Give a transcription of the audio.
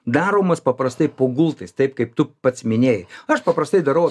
daromas paprastai po gultais taip kaip tu pats minėjai aš paprastai darau